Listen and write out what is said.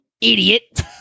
idiot